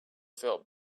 felt